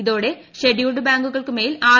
ഇതോടെ ഷെഡ്യൂൾഡ് ബാങ്കുകൾക്കുമേൽ ആർ